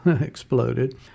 exploded